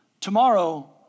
Tomorrow